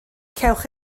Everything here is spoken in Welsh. cewch